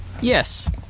Yes